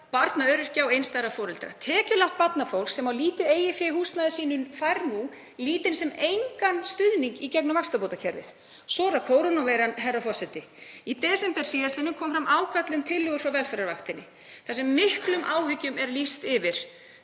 barna öryrkja og einstæðra foreldra. Tekjulágt barnafólk sem á lítið eigið fé í húsnæði sínu fær nú lítinn sem engan stuðning í gegnum vaxtabótakerfið. Svo er það kórónuveiran, herra forseti. Í desember síðastliðnum kom fram ákall um tillögur frá Velferðarvaktinni þar sem miklum áhyggjum var lýst af